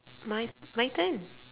my my turn